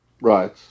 right